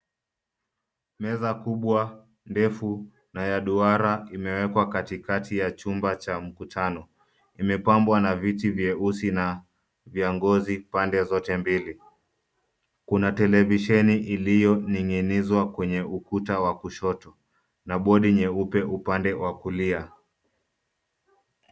Meza kubwa, ndefu na ya duara imewekwa katikati ya chumba cha mkutano. Imepambwa na viti vyeusi na vya ngozi pande zote mbili. Kuna televisheni iliyoning'inizwa kwenye ukuta wa kushoto na board nyeupe upande wa kulia.